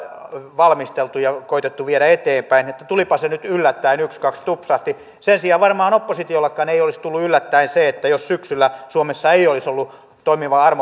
valmisteltu ja koetettu viedä eteenpäin että tulipa se nyt yllättäen ykskaks tupsahti sen sijaan varmaan oppositiollekaan ei olisi tullut yllättäen se jos syksyllä suomessa ei olisi ollut toimivaa